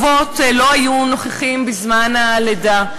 אבות לא היו נוכחים בזמן הלידה.